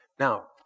Now